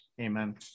Amen